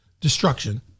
destruction